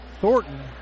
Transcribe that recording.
Thornton